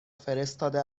فرستاده